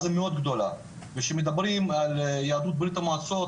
היא מאוד גדולה ושמדברים על יהדות ברית המועצות,